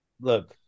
Look